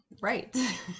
Right